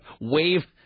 wave